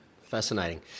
fascinating